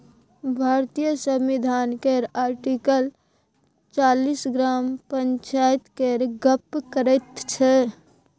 भारतीय संविधान केर आर्टिकल चालीस ग्राम पंचायत केर गप्प करैत छै